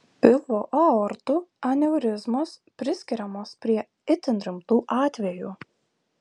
pilvo aortų aneurizmos priskiriamos prie itin rimtų atvejų